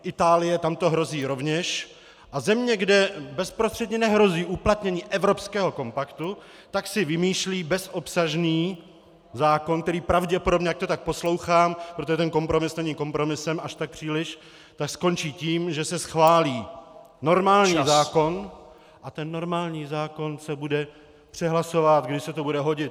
Itálie, tam to hrozí rovněž, a země, kde bezprostředně nehrozí uplatnění evropského kompaktu, tak si vymýšlí bezobsažný zákon, který pravděpodobně, jak to tak poslouchám, protože ten kompromis není kompromisem až tak příliš, skončí tím, že se schválí normální zákon a ten normální zákon se bude přehlasovávat, kdy se to bude hodit.